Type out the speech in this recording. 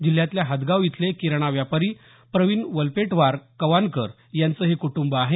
जिल्ह्यातल्या हदगाव इथले किराणा व्यापारी प्रवीण वलपेटवार कवानकर यांच हे कुटुंब आहे